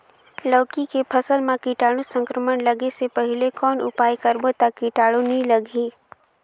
लौकी के फसल मां कीटाणु संक्रमण लगे से पहले कौन उपाय करबो ता कीटाणु नी लगही?